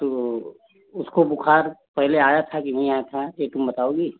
तो उसको बुखार पहले आया था कि नहीं आया था यह तुम बताओगी